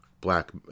Black